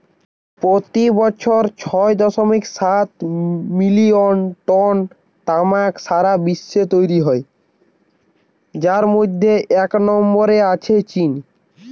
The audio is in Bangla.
পোতি বছর ছয় দশমিক সাত মিলিয়ন টন তামাক সারা বিশ্বে তৈরি হয় যার মধ্যে এক নম্বরে আছে চীন